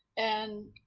and